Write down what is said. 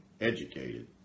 educated